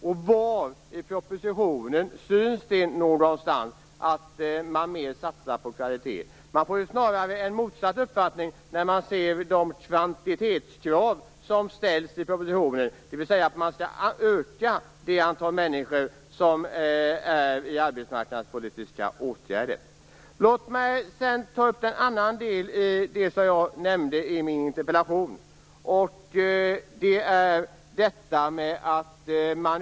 Och var i propositionen syns det att man satsar mer på kvalitet? Man får snarare en motsatt uppfattning när man ser de kvantitetskrav som ställs i propositionen, dvs. att man skall öka det antal människor som är i arbetsmarknadspolitiska åtgärder. Låt mig sedan ta upp en annan del av det som jag nämnde i min interpellation.